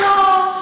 אבל לא.